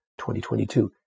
2022